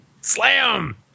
Slam